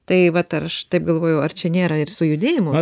tai vat ar aš taip galvojau ar čia nėra ir sujudėjimo